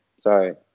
Sorry